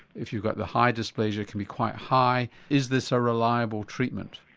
if you've got the high dysplasia, can be quite high. is this a reliable treatment?